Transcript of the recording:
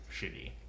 shitty